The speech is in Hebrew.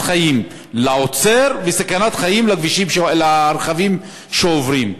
חיים לעוצר וסכנת חיים לרכבים שעוברים.